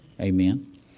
Amen